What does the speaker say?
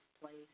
place